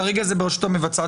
כרגע זה ברשות המבצעת.